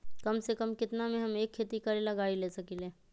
कम से कम केतना में हम एक खेती करेला गाड़ी ले सकींले?